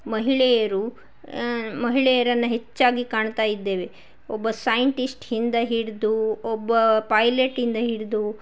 ಮಹಿಳೆಯರು ಮಹಿಳೆಯರನ್ನು ಹೆಚ್ಚಾಗಿ ಕಾಣ್ತಾ ಇದ್ದೇವೆ ಒಬ್ಬ ಸೈಂಟಿಸ್ಟಿಂದ ಹಿಡಿದು ಒಬ್ಬ ಪೈಲೆಟಿಂದ ಹಿಡಿದು